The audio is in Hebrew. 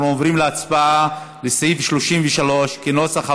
אנחנו עוברים להצבעה על סעיף 33 כנוסח הוועדה,